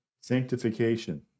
Sanctification